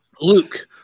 Luke